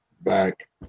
back